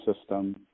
system